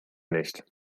nicht